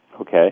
Okay